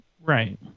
Right